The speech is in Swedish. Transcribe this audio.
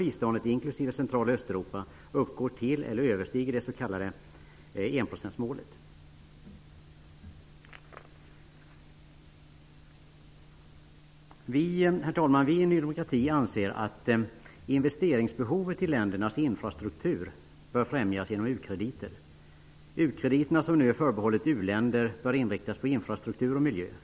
Vi i Ny demokrati anser att det behov av investeringar i ländernas infrastuktur som finns bör främjas genom u-krediter. U-krediterna, som nu är förbehållna u-länder, bör inriktas på infrastuktur och miljö.